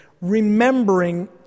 Remembering